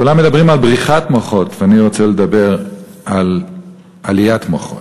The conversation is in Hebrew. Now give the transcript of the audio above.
כולם מדברים על בריחת מוחות ואני רוצה לדבר על עליית מוחות.